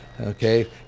okay